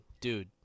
dude